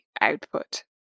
output